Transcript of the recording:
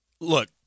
look